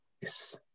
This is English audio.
Yes